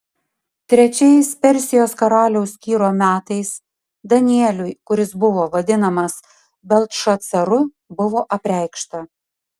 trečiais persijos karaliaus kyro metais danieliui kuris buvo vadinamas beltšacaru buvo apreikšta